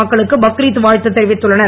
மக்களுக்கு பக்ரீத் வாழ்த்து தெரிவித்துள்ளனர்